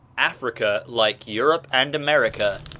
africa, like europe and america,